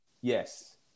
yes